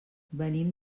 venim